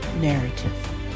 narrative